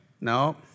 No